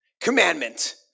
commandment